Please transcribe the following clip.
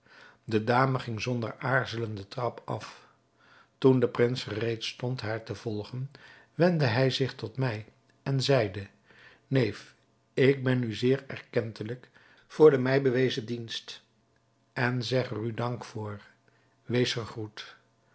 de dame ging zonder aarzelen den trap af toen de prins gereed stond haar te volgen wendde hij zich tot mij en zeide neef ik ben u zeer erkentelijk voor de mij bewezen dienst en zeg er u dank voor wees gegroet